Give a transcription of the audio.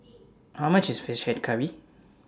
How much IS Fish Head Curry